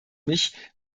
mich